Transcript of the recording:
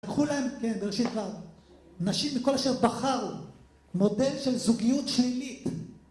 נשים מכל שבחרו מודל של זוגיות שלילית